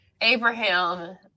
Abraham